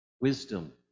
wisdom